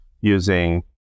using